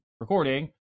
recording